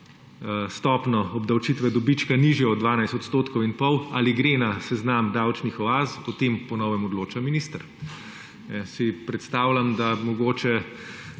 stopnjo obdavčitve dobička nižjo od 12,5 %, na seznam davčnih oaz, o tem po novem odloča minister. Si predstavljam, da mogoče